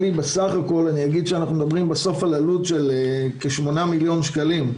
על-תיכוניים, מדובר על עלות של כ-8 מיליון שקלים.